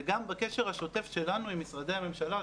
וגם בקשר השוטף שלנו עם משרדי הממשלה,